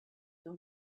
dans